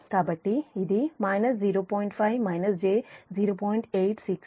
కాబట్టి ఇది 0